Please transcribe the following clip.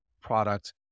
product